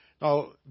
Now